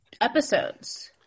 episodes